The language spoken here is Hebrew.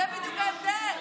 זה בדיוק ההבדל.